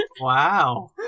Wow